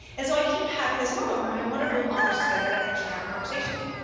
and so i keep having this moment where i want to bring authors together to actually have a conversation.